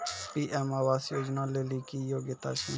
PM Awas Yojana लेली की योग्यता छै?